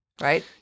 right